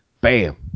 bam